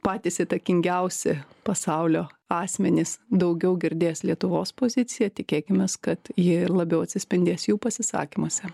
patys įtakingiausi pasaulio asmenys daugiau girdės lietuvos poziciją tikėkimės kad ji ir labiau atsispindės jų pasisakymuose